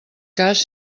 cas